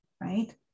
right